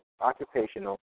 occupational